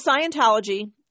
Scientology